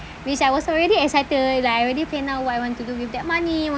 which I was already excited like I already plan out what I want to do with that money